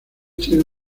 tiene